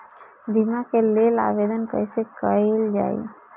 बीमा के लेल आवेदन कैसे कयील जाइ?